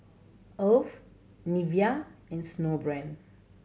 Alf Nivea and Snowbrand